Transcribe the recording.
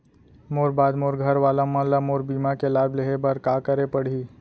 मोर बाद मोर घर वाला मन ला मोर बीमा के लाभ लेहे बर का करे पड़ही?